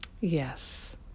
Yes